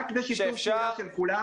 רק בשיתוף פעולה של כולם,